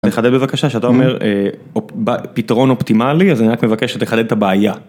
תחדד בבקשה, שאתה אומר פתרון אופטימלי, אז אני רק מבקש שתחדד את הבעיה.